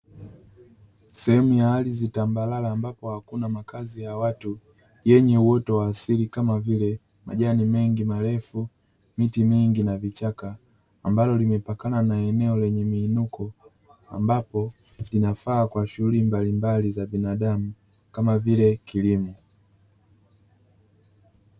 Sehemu ya ardhi tambalala ambapo hakuna makazi ya watu yenye uoto wa asili kama vile; majani mengi marefu, miti mingi, na vichaka ambalo limepakana na eneo lenye miinuko, ambapo linafaa kwa shughuli mbalimbali za binadamu kama vile kilimo.